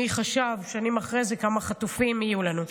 מי חשב שנים אחרי זה כמה חטופים יהיו לנו.